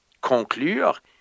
conclure